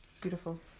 Beautiful